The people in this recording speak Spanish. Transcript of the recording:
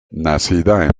nacida